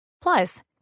Plus